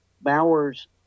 Bowers